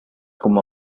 como